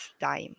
time